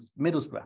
Middlesbrough